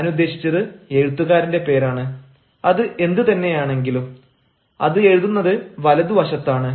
ഞാനുദ്ദേശിച്ചത് എഴുത്തുകാരന്റെ പേര് അത് എന്ത് തന്നെയാണെങ്കിലും അത് എഴുതുന്നത് വലതു വശത്താണ്